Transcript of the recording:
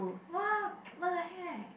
what what the heck